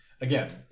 again